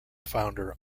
founder